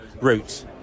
route